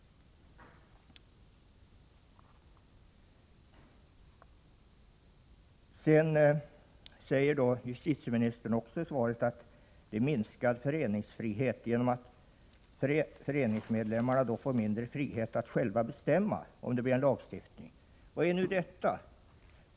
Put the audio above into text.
Justitieministern säger också i svaret att det blir minskad föreningsfrihet genom att medlemmarna, om det blir en lagstiftning på detta område, får mindre frihet att själva bestämma. Vad är nu detta?